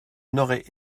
n’aurait